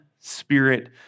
spirit